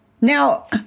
Now